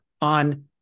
on